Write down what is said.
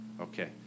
Okay